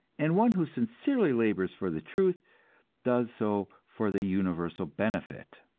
and one who sincerely labors for the truth does so for the universal benefit.